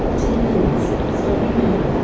ten minutes, starting now.